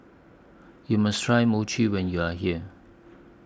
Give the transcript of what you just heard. YOU must Try Mochi when YOU Are here